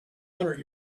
hundred